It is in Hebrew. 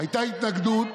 הייתה התנגדות